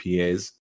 pa's